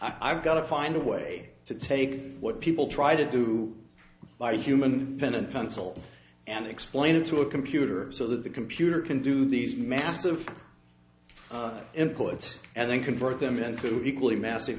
i've got to find a way to take what people try to do like human pen and pencil and explain it to a computer so that the computer can do these massive inputs and then convert them into the equally massive